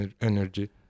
energy